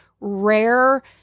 rare